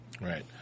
Right